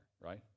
right